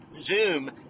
Zoom